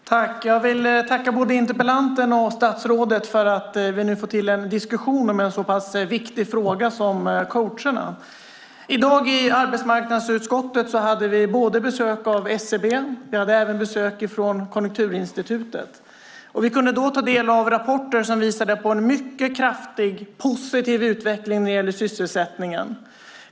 Herr talman! Jag vill tacka både interpellanten och statsrådet för att vi nu får till en diskussion om en så pass viktig fråga som coacherna. I dag i arbetsmarknadsutskottet hade vi besök från både SCB och Konjunkturinstitutet. Vi kunde då ta del av rapporter som visade på en mycket kraftig positiv utveckling när det gäller sysselsättningen.